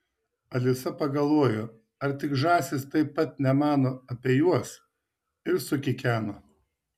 alisa pagalvojo ar tik žąsys taip pat nemano apie juos ir sukikeno